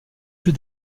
plus